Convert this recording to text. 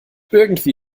irgendwie